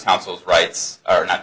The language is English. counsel's rights are not